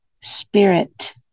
spirit